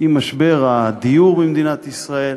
עם משבר הדיור במדינת ישראל,